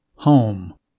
home